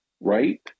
right